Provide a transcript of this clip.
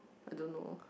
I don't know